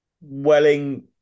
Welling